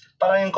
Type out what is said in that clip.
parang